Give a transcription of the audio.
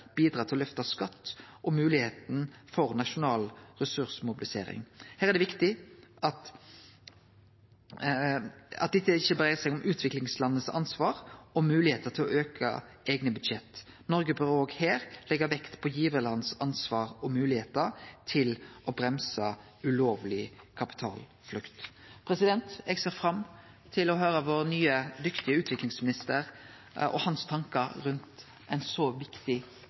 til å løfte skatt og moglegheita for nasjonal ressursmobilisering. Her er det viktig at dette ikkje berre dreiar seg om utviklingslands ansvar og moglegheiter til å auke eigne budsjett. Norge bør òg her leggje vekt på givarlands ansvar og moglegheiter til å bremse ulovleg kapitalflukt. Eg ser fram til å høyre vår nye, dyktige utviklingsminister og hans tankar rundt ei så viktig